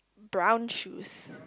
brown shoes